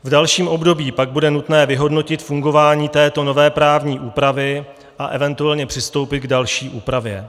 V dalším období pak bude nutné vyhodnotit fungování této nové právní úpravy a eventuálně přistoupit k další úpravě.